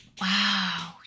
Wow